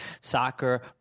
soccer